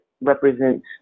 represents